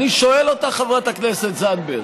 אני שואל אותך, חברת הכנסת זנדברג,